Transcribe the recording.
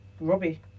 Robbie